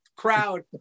crowd